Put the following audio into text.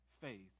faith